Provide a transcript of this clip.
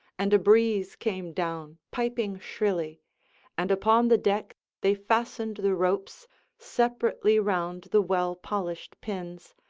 and a breeze came down piping shrilly and upon the deck they fastened the ropes separately round the well-polished pins,